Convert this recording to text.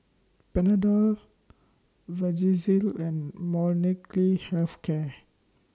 Panadol Vagisil and Health Care